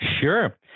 Sure